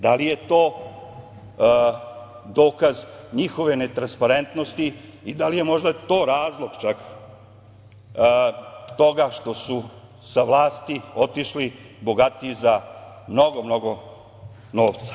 Da li je to dokaz njihove ne transparentnosti i da li je možda to razlog čak toga što su sa vlasti otišli bogatiji za mnogo novca?